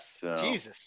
Jesus